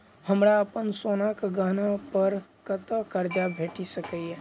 हमरा अप्पन सोनाक गहना पड़ कतऽ करजा भेटि सकैये?